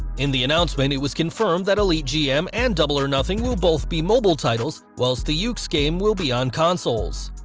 in the announcement, it was confirmed that elite gm and double or nothing will both be mobile titles, whilst the yuke's game will be on consoles.